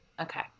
Okay